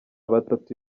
batatu